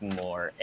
more